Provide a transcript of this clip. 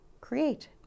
create